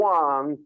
one